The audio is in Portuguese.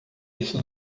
isso